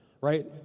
right